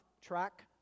track